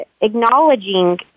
acknowledging